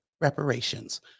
reparations